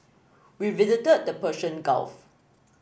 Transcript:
we visited the Persian Gulf